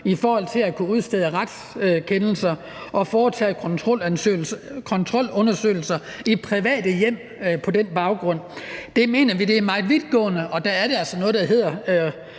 i forhold til at kunne udstede retskendelser og på den baggrund foretage kontrolundersøgelser i private hjem. Det mener vi er meget vidtgående. Der er jo noget, der hedder,